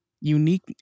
unique